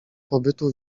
pobytu